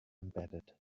embedded